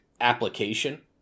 application